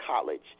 college